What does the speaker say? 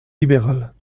libérale